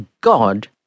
god